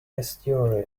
estuary